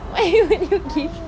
why you met you gift